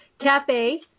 cafe